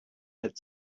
had